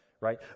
Right